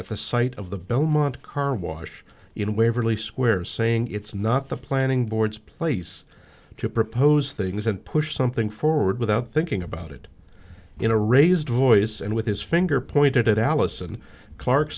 at the site of the belmont carwash in waverly square saying it's not the planning board's place to propose things and push something forward without thinking about it in a raised voice and with his finger pointed at allison clark